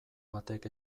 batek